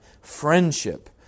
friendship